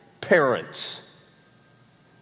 parents